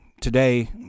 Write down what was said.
Today